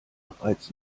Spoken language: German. bereits